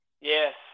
Yes